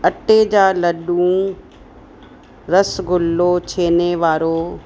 अटे जा लडडू रसगुल्लो छेने वारो